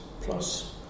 plus